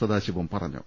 സദാശിവം പറ ഞ്ഞു